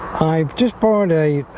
i just poured a